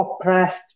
oppressed